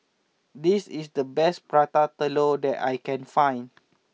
this is the best Prata Telur that I can find